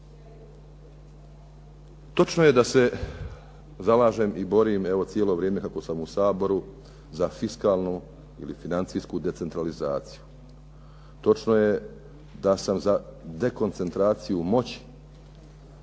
Točno je da se zalažem i borim evo cijelo vrijeme kako sam u Saboru za fiskalnu ili financijsku decentralizaciju. Točno je da sam za dekoncentraciju moći.